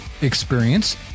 experience